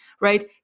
right